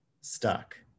stuck